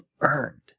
earned